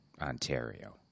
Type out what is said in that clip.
Ontario